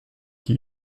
qui